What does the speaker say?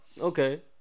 Okay